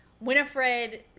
Winifred